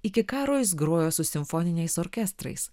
iki karo jis grojo su simfoniniais orkestrais